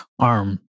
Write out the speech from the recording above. ARM